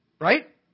right